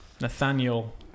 Nathaniel